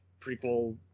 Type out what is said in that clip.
prequel